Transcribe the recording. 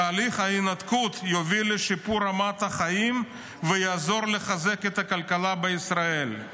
תהליך ההתנתקות יוביל לשיפור רמת החיים ויעזור לחזק את הכלכלה בישראל";